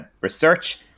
research